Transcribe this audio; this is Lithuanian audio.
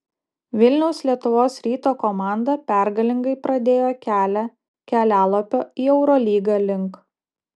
vilniaus lietuvos ryto komanda pergalingai pradėjo kelią kelialapio į eurolygą link